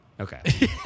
Okay